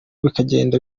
bikagenda